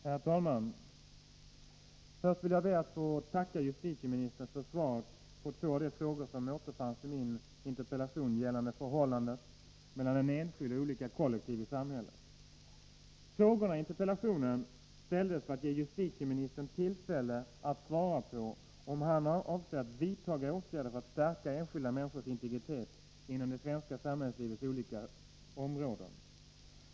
Herr talman! Först vill jag be att få tacka justitieministern för svaret på två av de frågor som återfanns i min interpellation gällande förhållandet mellan den enskilde och olika kollektiv i samhället. Frågorna i interpellationen ställdes för att ge justitieministern tillfälle att svara på om han avser att vidta åtgärder för att stärka enskilda människors integritet inom det svenska samhällslivets olika områden.